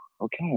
okay